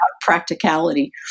practicality